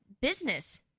business